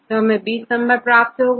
तो हमें 20 नंबर प्राप्त होता है